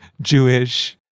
Jewish